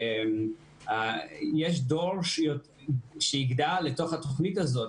יש דור שיגדל לתוך התוכנית הזאת,